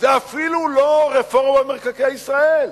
זה אפילו לא רפורמה במקרקעי ישראל.